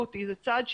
זה צעד מאוד משמעותי,